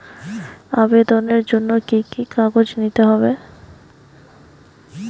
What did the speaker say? আবেদনের জন্য কি কি কাগজ নিতে হবে?